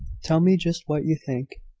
tell me just what you think.